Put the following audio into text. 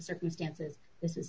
circumstances this is